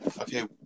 Okay